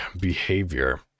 behavior